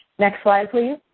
next slide, please.